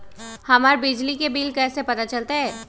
हमर बिजली के बिल कैसे पता चलतै?